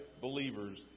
believers